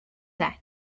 that